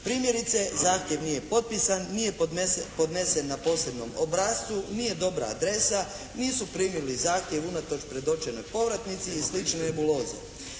Primjerice, zahtjev nije potpisan, nije podnesen na posebnom obrascu, nije dobra adresa, nisu primili zahtjev unatoč predočenoj povratnici i slične nebuloze.